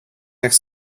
next